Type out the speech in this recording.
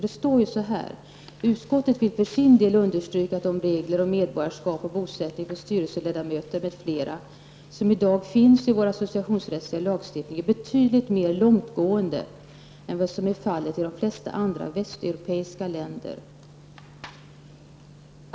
Det står ju: ''Utskottet vill för sin del understryka att de regler om medborgarskap och bosättning för styrelseledamöter m.fl. som i dag finns i vår associationsrättsliga lagstifting är betydligt mer långtgående än vad som är fallet i de flesta andra västeuropeiska länder.